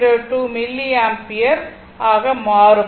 2 milliampere ஆக மாறும்